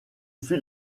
fut